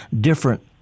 different